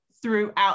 throughout